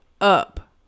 up